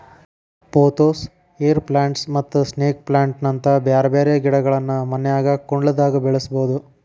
pothos, air plants ಮತ್ತ snake plant ನಂತ ಬ್ಯಾರ್ಬ್ಯಾರೇ ಗಿಡಗಳನ್ನ ಮನ್ಯಾಗ ಕುಂಡ್ಲ್ದಾಗ ಬೆಳಸಬೋದು